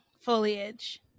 Foliage